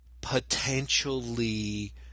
potentially